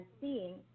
seeing